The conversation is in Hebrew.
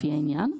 לפי העניין,